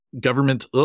government